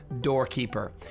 Doorkeeper